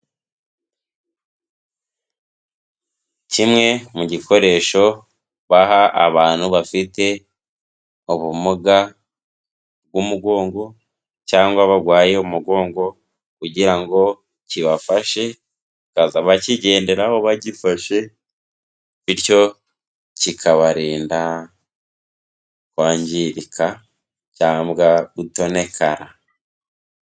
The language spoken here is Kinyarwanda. Kimwe mu gikoresho baha abantu bafite ubumuga bw'umugongo cyangwa bagwaye umugongo kugira ngo kibafashe, bakaza bakigenderaho bagifashe, bityo kikabarinda kwangirika cyambwa gutonekara.